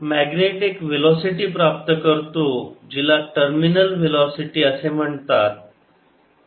तर मॅग्नेट एक व्हेलॉसीटी प्राप्त करतो जिला टर्मिनल वेलोसिटी असे म्हणले जाते